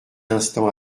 instant